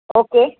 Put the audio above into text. okay